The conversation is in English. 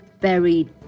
buried